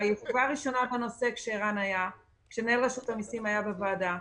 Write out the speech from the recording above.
כשמנהל רשות המסים היה בוועדה,